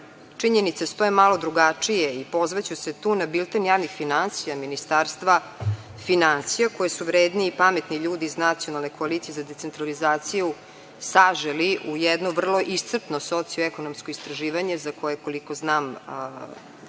činjenice stoje malo drugačije i pozvaću se tu na bilten javnih finansija Ministarstva finansija, koje su vredni i pametni ljudi iz Nacionalne koalicije za decentralizaciju saželi u jedno vrlo socioekonomsko istraživanje, koje, koliko znam,